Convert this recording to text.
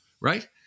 right